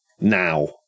now